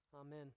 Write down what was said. Amen